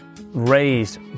raised